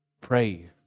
Pray